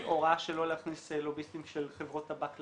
הוראה שלא להכניס לוביסטים של חברות טבק לדיונים,